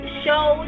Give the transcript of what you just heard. show